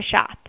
shop